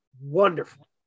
wonderful